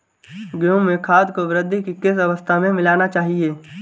गेहूँ में खाद को वृद्धि की किस अवस्था में मिलाना चाहिए?